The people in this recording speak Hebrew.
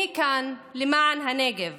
אני כאן למען הנגב